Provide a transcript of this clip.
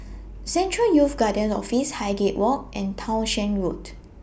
Central Youth Guidance Office Highgate Walk and Townshend Road